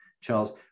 Charles